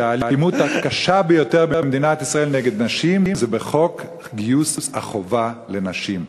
שהאלימות הקשה ביותר במדינת ישראל נגד נשים היא בחוק גיוס החובה לנשים.